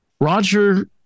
Roger